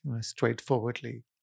straightforwardly